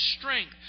strength